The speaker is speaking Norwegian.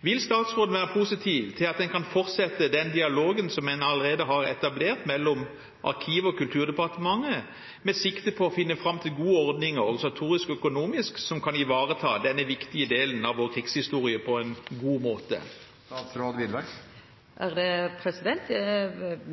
Vil statsråden være positiv til at en kan fortsette den dialogen som en allerede har etablert mellom Arkivet og Kulturdepartementet med sikte på å finne fram til gode ordninger, organisatorisk og økonomisk, som kan ivareta denne viktige delen av vår krigshistorie på en god måte?